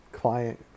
client